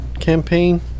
campaign